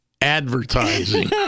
advertising